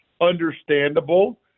understandable